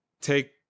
take